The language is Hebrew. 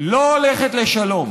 לא הולכת לשלום.